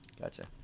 Gotcha